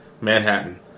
Manhattan